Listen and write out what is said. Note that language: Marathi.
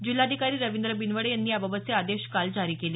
जिल्हाधिकारी रवींद्र बिनवडे यांनी याबाबतचे आदेश काल जारी केले